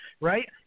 right